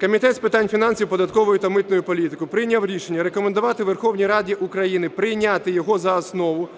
Комітет з питань фінансів, податкової та митної політики прийняв рішення рекомендувати Верховній Раді України прийняти його за основу